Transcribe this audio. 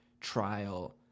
trial